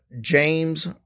James